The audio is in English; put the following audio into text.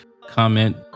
comment